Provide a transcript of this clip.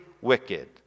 wicked